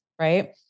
right